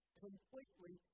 completely